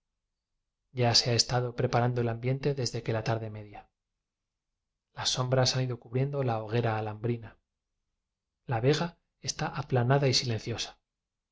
ya se ha estado pre parando el ambiente desde que la tarde media las sombras han ido cubriendo la hoguera alhambrina la vega está aplana da y silenciosa